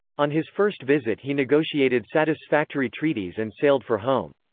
on his first visit he negotiated satisfactory treaties and sailed for home.